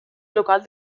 local